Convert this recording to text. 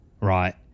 Right